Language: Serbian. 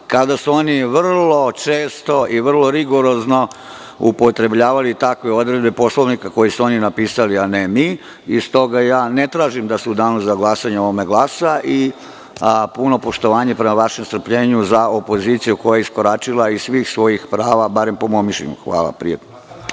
kada su oni vrlo često i vrlo rigorozno upotrebljavali takve odredbe Poslovnika koji su oni napisali, a ne mi. S toga ja ne tražim da se u danu za glasanje o ovome glasa i puno poštovanje prema vašem strpljenju za opoziciju koja je iskoračila iz svih svojih prava, barem po mom mišljenju. Hvala.